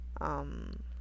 Um